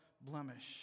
blemish